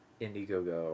Indiegogo